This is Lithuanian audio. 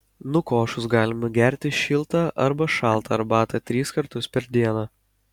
nukošus galima gerti šiltą arba šaltą arbatą tris kartus per dieną